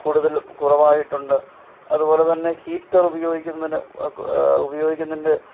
കൂടുതൽ കുറവായിട്ടുണ്ട് അതുപോലെതന്നെ ഹീറ്റർ ഉപയോഗിക്കുന്നതിന്റെ ഉപയോഗിക്കുന്നതിന്റെ